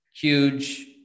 huge